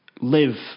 live